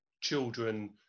children